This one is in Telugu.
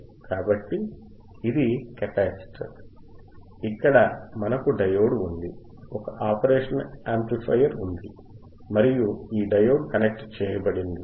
కాబట్టి ఇది కెపాసిటర్ ఇక్కడ మనకు డయోడ్ ఉంది ఒక ఆపరేషనల్ యాంప్లిఫైయర్ ఉంది మరియు ఈ డయోడ్ కనెక్ట్ చేయబడింది